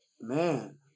Man